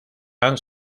han